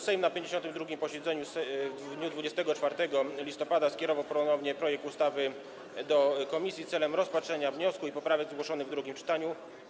Sejm na 52. posiedzeniu w dniu 24 listopada skierował ponownie projekt ustawy do komisji celem rozpatrzenia wniosku i poprawek zgłoszonych w drugim czytaniu.